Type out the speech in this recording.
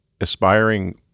aspiring